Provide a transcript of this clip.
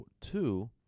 two